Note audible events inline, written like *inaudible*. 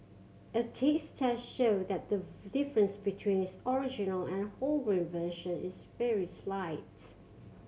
a taste test showed that the *unintelligible* difference between its original and wholegrain version is very slight